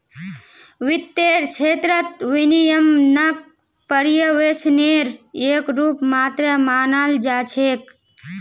वित्तेर क्षेत्रत विनियमनक पर्यवेक्षनेर एक रूप मात्र मानाल जा छेक